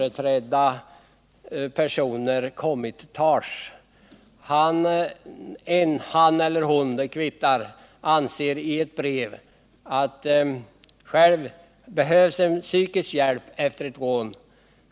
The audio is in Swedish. En person — det kvittar om det är en han eller hon — skriver i ett brev att det behövs psykisk hjälp efter ett rån.